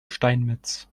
steinmetz